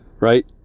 right